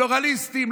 פלורליסטים,